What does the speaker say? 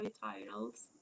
titles